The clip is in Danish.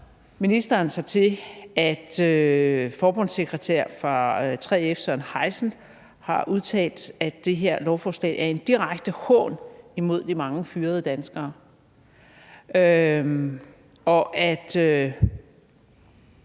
ministeren sig til, at forbundssekretær i 3F Søren Heisel har udtalt, at det her lovforslag er en direkte hån imod de mange fyrede danskere, og at